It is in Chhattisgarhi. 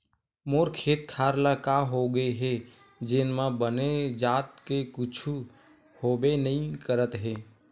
मोर खेत खार ल का होगे हे जेन म बने जात के कुछु होबे नइ करत हे